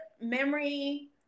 memory